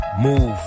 Move